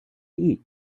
eat